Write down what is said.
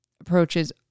approaches